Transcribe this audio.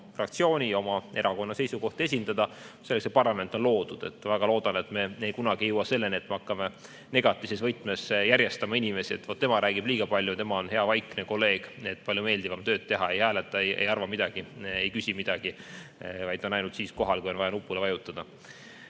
fraktsiooni ja erakonna seisukohti esindada. Selleks see parlament on loodud. Väga loodan, et me kunagi ei jõua selleni, et me hakkame negatiivses võtmes järjestama inimesi: "Tema räägib liiga palju, aga tema on hea, vaikne kolleeg, [kellega on] palju meeldivam tööd teha. [Ta] ei hääleta, ei arva midagi, ei küsi midagi, vaid ta on ainult siis kohal, kui on vaja nupule vajutada."